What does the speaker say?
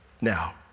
now